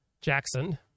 Jackson